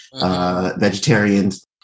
vegetarians